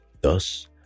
Thus